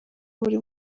buri